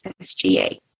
SGA